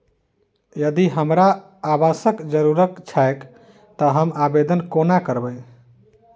यदि हमरा आवासक जरुरत छैक तऽ हम आवेदन कोना करबै?